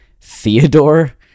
Theodore